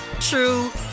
true